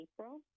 April